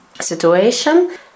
situation